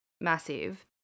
massive